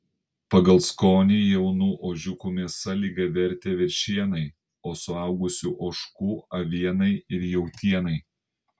pagal skonį jaunų ožiukų mėsa lygiavertė veršienai o suaugusių ožkų avienai ir jautienai